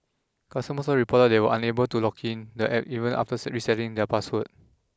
customers also reported that they were unable to log in to the App even after resetting their passwords